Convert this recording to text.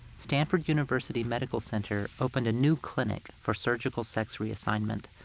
stanford university medical center opened a new clinic for surgical sex reassignment.